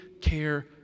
care